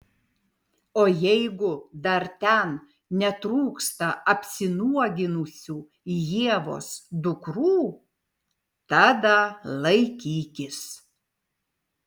o jeigu dar ten netrūksta apsinuoginusių ievos dukrų tada laikykis